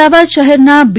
અમદાવાદ શહેરના બી